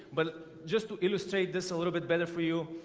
but just to illustrate this a little bit better for you.